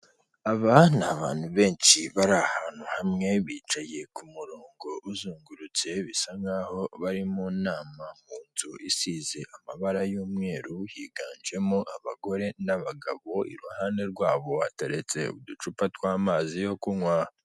Aba ni abantu benshi bari ahantu hamwe bicaye ku murongo uzengurutse, bisa nkaho bari mu nama mu nzu isize amabara y'umweru higanjemo abagore n'abagabo, iruhande rwabo hataretse uducupa tw'amazi yo kunywa.